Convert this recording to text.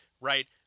right